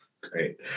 Great